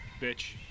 Bitch